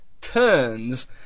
turns